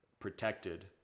protected